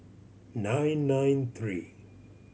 nine nine three